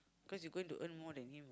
cause you're gonna earn more than him